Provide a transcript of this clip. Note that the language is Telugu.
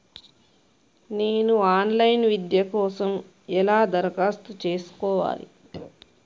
నేను ఆన్ లైన్ విద్య కోసం ఎలా దరఖాస్తు చేసుకోవాలి?